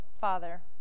Father